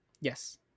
Yes